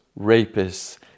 rapists